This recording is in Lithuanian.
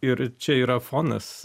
ir čia yra fonas